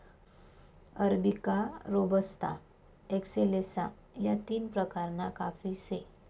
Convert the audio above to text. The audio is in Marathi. अरबिका, रोबस्ता, एक्सेलेसा या तीन प्रकारना काफी से